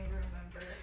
remember